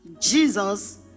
Jesus